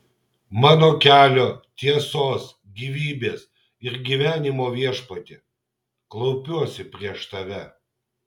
mano kelio tiesos gyvybės ir gyvenimo viešpatie klaupiuosi prieš tave